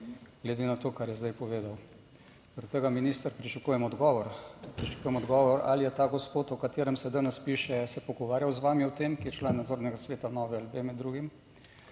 glede na to kar je zdaj povedal. Zaradi tega minister pričakujem odgovor. Pričakujem odgovor ali je ta gospod o katerem se danes piše, se pogovarjal z vami o tem, ki je član nadzornega sveta Nove LB med drugim,